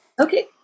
Okay